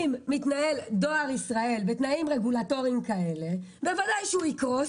אם דואר ישראל מתנהל בתנאים רגולטוריים כאלה אז בוודאי שהוא יקרוס,